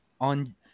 on